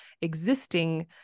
existing